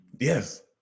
Yes